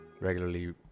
regularly